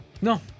No